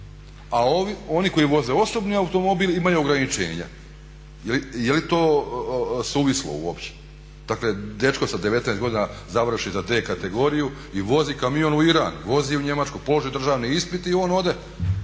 a oni koji voze osobni automobil imaju ograničenja. Jeli to suvislo uopće? Dakle dečko sa 19 godina završi za D kategoriju i vodi kamion u Iran, Njemačku, položi državni ispit i on ode,